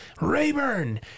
Rayburn